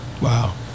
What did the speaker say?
Wow